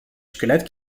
squelette